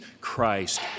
Christ